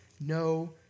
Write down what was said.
no